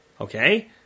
Okay